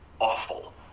awful